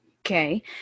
okay